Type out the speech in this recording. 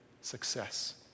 Success